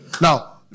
Now